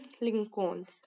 Lincoln